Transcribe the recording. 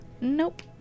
Nope